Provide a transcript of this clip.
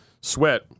sweat